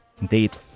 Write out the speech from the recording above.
Indeed